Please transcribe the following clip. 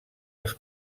els